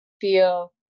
feel